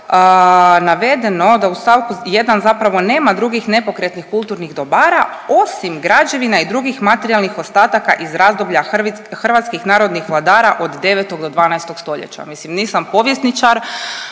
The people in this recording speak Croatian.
navedeno da u stavku 1. zapravo nema drugih nepokretnih kulturnih dobara osim građevina i drugih materijalnih ostataka iz razdoblja hrvatskih narodnih vladara od 9. do 12. stoljeća. Mislim nisam povjesničar